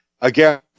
Again